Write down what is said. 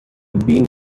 been